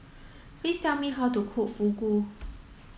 please tell me how to cook Fugu